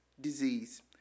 disease